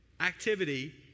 activity